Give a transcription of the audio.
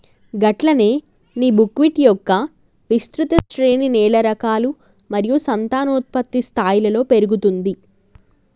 గట్లనే నీ బుక్విట్ మొక్క విస్తృత శ్రేణి నేల రకాలు మరియు సంతానోత్పత్తి స్థాయిలలో పెరుగుతుంది